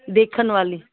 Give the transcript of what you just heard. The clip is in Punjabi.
ਦੇਖਣ ਵਾਲੀ